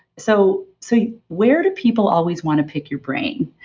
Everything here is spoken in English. so so where do people always want to pick your brain?